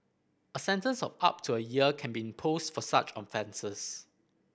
a sentence of up to a year can be imposed for such offences